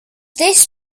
this